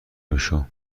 بشو